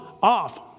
off